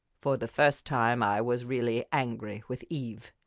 for the first time i was really angry with eve.